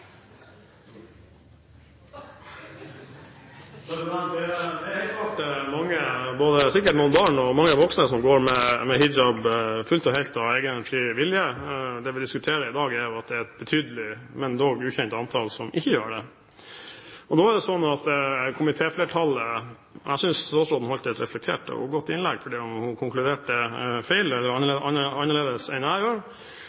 mange, sikkert både barn og voksne, som går med hijab fullt og helt av egen fri vilje. Det vi diskuterer i dag, er jo at det er et betydelig, men dog ukjent antall, som ikke gjør det. Da er det sånn at komitéflertallet – jeg synes at statsråden holdt et reflektert og godt innlegg selv om hun konkluderte feil, eller